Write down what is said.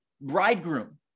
bridegroom